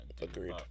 Agreed